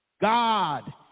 God